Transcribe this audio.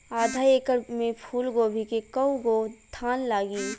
आधा एकड़ में फूलगोभी के कव गो थान लागी?